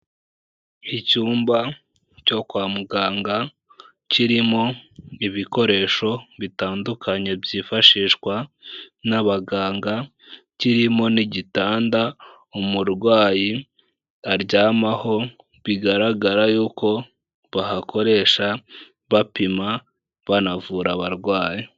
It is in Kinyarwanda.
Icyumba cyo kwa muganga, kirimo ibikoresho bitandukanye byifashishwa n'abaganga, kirimo n'igitanda umurwayi aryamaho bigaragara yuko bahakoresha bapima banavura abarwayi.